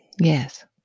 Yes